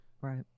Right